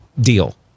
Deal